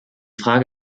frage